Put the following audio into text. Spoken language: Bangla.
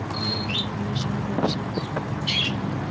অনেক রকমের সব ব্যবসা ব্যাপার মানুষ করে